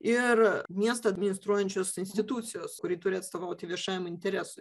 ir miestą administruojančios institucijos kuri turi atstovauti viešajam interesui